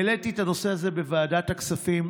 העליתי את הנושא הזה בוועדת הכספים,